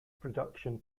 production